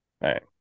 Right